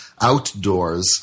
outdoors